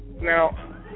Now